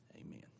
amen